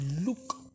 look